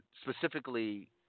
specifically